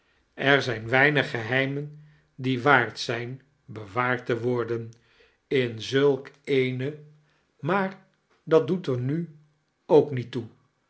er zijn wedinig geheimem die waard zijn bewaaird te worden iin zulk eene maar dat doet en nu ook niet toe